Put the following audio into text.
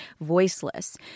voiceless